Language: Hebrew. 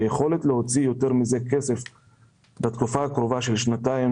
היכולת להוציא מזה יותר כסף בתקופה הקרובה של שנתיים,